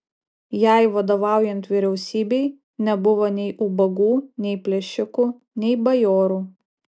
jai vadovaujant vyriausybei nebuvo nei ubagų nei plėšikų nei bajorų